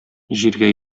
җиргә